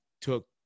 took